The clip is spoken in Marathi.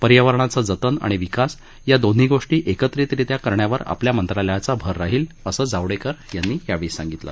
पर्यावरणाचं जतन आणि विकास या दोन्ही गोष्टी एकत्रितरित्या करण्यावर आपल्या मंत्रालयाचं भर राहिल असं जावडेकर यांनी सांगितलं